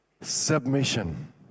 Submission